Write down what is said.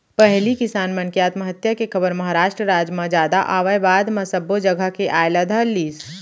पहिली किसान मन के आत्महत्या के खबर महारास्ट राज म जादा आवय बाद म सब्बो जघा के आय ल धरलिस